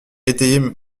étayer